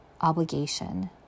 obligation